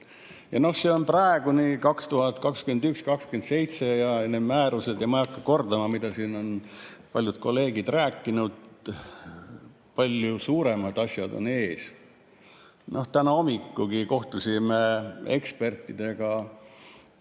See on praegu nii, 2021–2027 ja need määrused. Ma ei hakka kordama, mida siin on paljud kolleegid rääkinud. Palju suuremad asjad on ees. Täna hommikulgi kohtusime ekspertidega